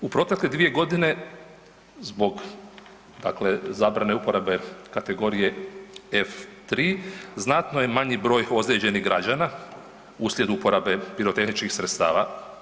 U protekle 2.g. zbog, dakle zabrane uporabe kategorije F3 znatno je manji broj ozlijeđenih građana uslijed uporabe pirotehničkih sredstava.